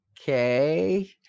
okay